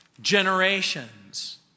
generations